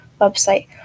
website